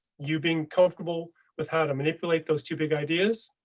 you being comfortable with how to manipulate those two big ideas.